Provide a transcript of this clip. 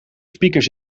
speakers